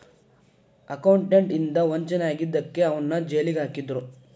accountant ಇಂದಾ ವಂಚನೆ ಆಗಿದಕ್ಕ ಅವನ್ನ್ ಜೈಲಿಗ್ ಹಾಕಿದ್ರು